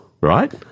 right